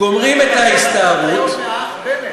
גומרים את ההסתערות, שמענו את זה, בנט.